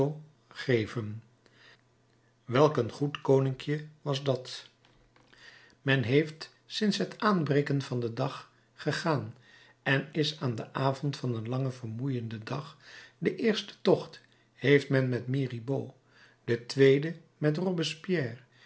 welk een goed koninkje was dat men heeft sinds het aanbreken van den dag gegaan en is aan den avond van een langen vermoeienden dag den eersten tocht heeft men met mirabeau den tweeden met